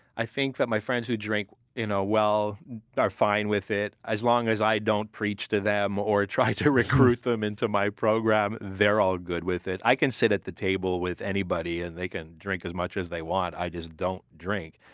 i think that my friends who drink ah well are fine with it. as long as i don't preach to them or try to recruit them into my program, they're all good with it. i can sit at the table with anybody and they can drink as much as they want. i just don't drink.